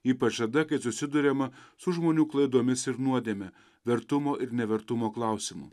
ypač tada kai susiduriama su žmonių klaidomis ir nuodėme vertumo ir nevertumo klausimu